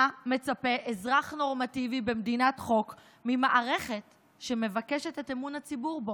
מה מצפה אזרח נורמטיבי במדינת חוק ממערכת שמבקשת את אמון הציבור בו?